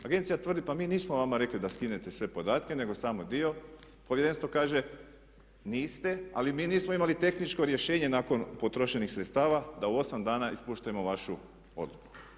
Agencija tvrdi pa nismo vama rekli da skinete sve podatke nego samo dio, povjerenstvo kaže niste ali mi nismo imali tehničko rješenje nakon potrošenih sredstava da u 8 dana ispoštujemo vašu odluku.